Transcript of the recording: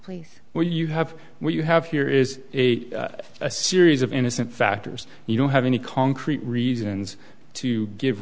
place where you have when you have here is a series of innocent factors you don't have any concrete reasons to give